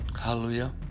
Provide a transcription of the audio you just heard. Hallelujah